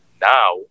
Now